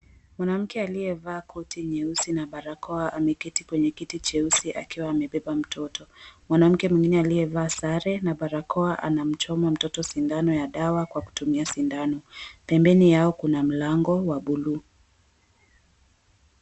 Mwanamke aliyevaa koti nyeusi na barakoa ameketi kwenye kiti cheusi akiwa amebeba mtoto. Mwanamke mwingine aliyevaa sare na barakoa anamchoma mtoto sindano ya dawa kwa kutumia sindano. Pembeni yao kuna mlango wa buluu.